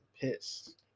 pissed